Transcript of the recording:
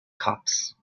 cops